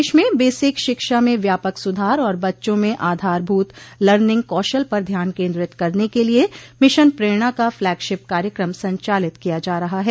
प्रदेश में बेसिक शिक्षा में व्यापक सुधार और बच्चों में आधारभूत लर्निंग कौशल पर ध्यान केन्द्रित करने के लिये मिशन प्रेरणा का फ्लैगशिप कार्यक्रम संचालित किया जा रहा है